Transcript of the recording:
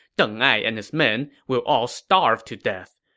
deng ai and his men will all starve to death.